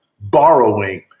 borrowing